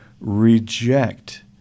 reject